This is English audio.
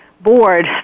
board